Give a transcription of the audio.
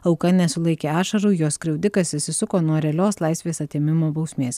auka nesulaikė ašarų jos skriaudikas išsisuko nuo realios laisvės atėmimo bausmės